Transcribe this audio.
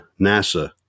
NASA